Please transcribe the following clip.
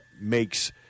makes